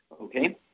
okay